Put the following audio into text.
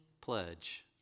pledge